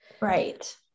Right